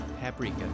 paprika